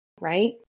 Right